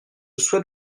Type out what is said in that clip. souhaite